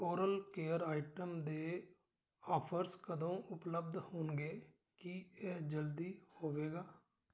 oral care item ਦੇ offers ਕਦੋਂ ਉਪਲਬਧ ਹੋਣਗੇ ਕੀ ਇਹ ਜਲਦੀ ਹੋਵੇਗਾ